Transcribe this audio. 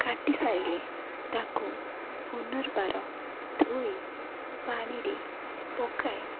କାଟି ସାରିଲେ ତାକୁ ପୁନର୍ବାର ଧୋଇ ପାଣିରେ ପକାଇ